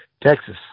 Texas